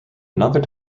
another